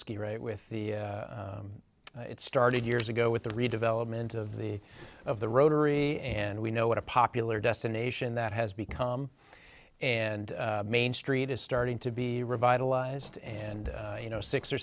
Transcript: ski right with the it started years ago with the redevelopment of the of the rotary and we know what a popular destination that has become and main street is starting to be revitalized and you know six or